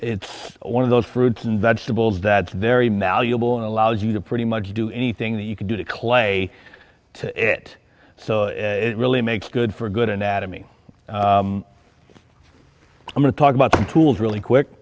it's one of those fruits and vegetables that's very malleable and allows you to pretty much do anything that you can do to clay to it so it really makes good for a good anatomy i'm going to talk about some tools really quick